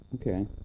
Okay